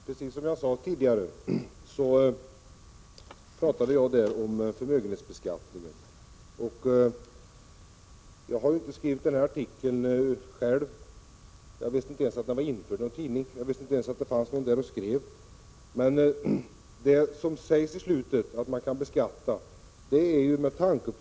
Herr talman! Precis som jag sade tidigare, talade jag på mötet i Fröjered om förmögenhetsbeskattningen. Jag har inte skrivit artikeln själv — jag visste inte ens att den var införd i någon tidning eller att det var någon journalist med på mötet.